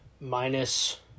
Minus